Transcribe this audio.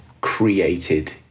created